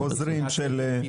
נעשה לפי